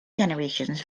generations